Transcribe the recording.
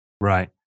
Right